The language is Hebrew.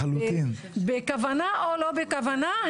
בכוונה או לא בכוונה,